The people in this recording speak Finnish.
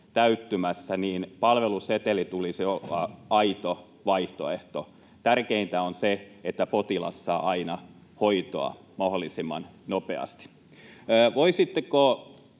täyttymässä, niin palvelusetelin tulisi olla aito vaihtoehto. Tärkeintä on se, että potilas saa aina hoitoa mahdollisimman nopeasti. Arvoisa